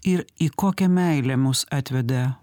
ir į kokią meilę mus atveda